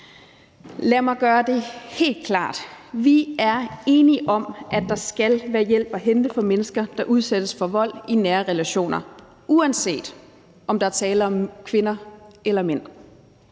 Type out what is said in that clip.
Lad mig gøre det helt klart: Vi er enige om, at der skal være hjælp at hente for mennesker, der udsættes for vold i nære relationer, uanset om der er tale om kvinder eller mænd.